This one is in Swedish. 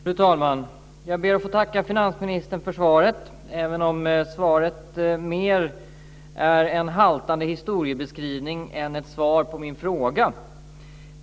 Fru talman! Jag ber att få tacka finansministern för svaret, även om svaret mer är en haltande historieskrivning än ett svar på min fråga.